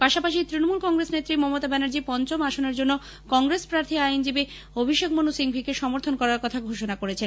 পাশাপাশি তৃণমূল কংগ্রেস নেত্রী মমতা ব্যানার্জী পঞ্চম আসনের জন্য কংগ্রেস প্রাথী আইনজীবী অভিষেক মনু সিংভিকে সমর্থন করার কথা ঘোষণা করেছেন